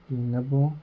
പിന്നെ അപ്പോൾ